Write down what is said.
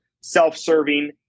self-serving